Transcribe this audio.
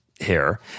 hair